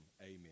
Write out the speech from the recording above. amen